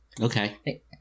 Okay